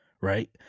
Right